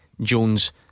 Jones